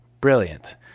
brilliant